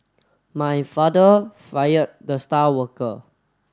my father fired the star worker